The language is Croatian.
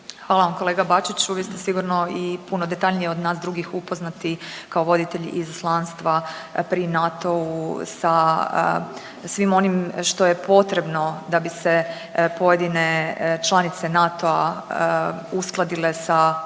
Hvala vam kolega Bačiću. Vi ste sigurno i puno detaljnije od nas drugih upoznati kao voditelj Izaslanstva pri NATO-u sa svim onim što je potrebno da bi se pojedine članice NATO-u uskladile sa